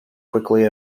quickly